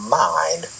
mind